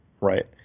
right